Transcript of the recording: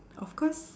of course